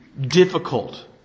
difficult